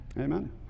Amen